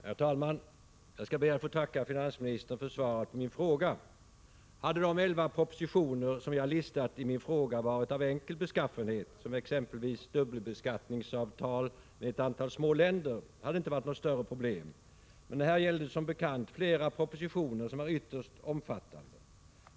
Herr talman! Jag ber att få tacka finansministern för svaret på min fråga. Hade de elva propositioner som jag räknat upp i min fråga varit av enkel 85 beskaffenhet, exempelvis avsett dubbelbeskattningsavtal med ett antal småländer, så hade det inte varit något större problem. Men här gällde det som bekant flera propositioner som var ytterst omfattande.